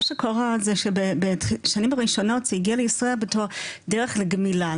מה שקרה זה שבשנים הראשונות זה הגיע לישראל בתור דרך לגמילה,